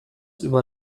über